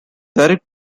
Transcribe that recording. direct